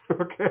okay